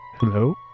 Hello